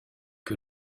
que